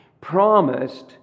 promised